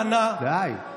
די.